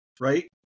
right